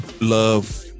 love